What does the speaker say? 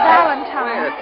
Valentine